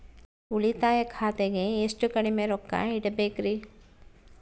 ಉಳಿತಾಯ ಖಾತೆಗೆ ಎಷ್ಟು ಕಡಿಮೆ ರೊಕ್ಕ ಇಡಬೇಕರಿ?